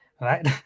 right